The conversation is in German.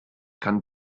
kann